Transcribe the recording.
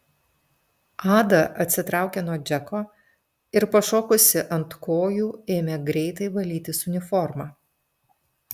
ada atsitraukė nuo džeko ir pašokusi ant kojų ėmė greitai valytis uniformą